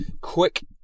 Quick